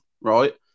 right